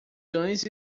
cães